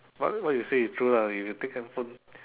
what what you say is true lah if you take hand phone